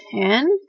ten